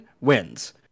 wins